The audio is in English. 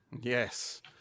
Yes